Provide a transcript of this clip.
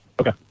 Okay